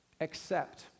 accept